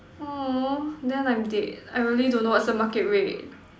then I'm dead I really don't know what's the market rate